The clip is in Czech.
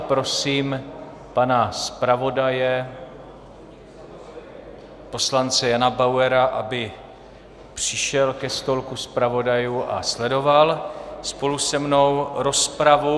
Prosím pana zpravodaje pana poslance Jana Bauera, aby přišel ke stolku zpravodajů a sledoval spolu se mnou rozpravu.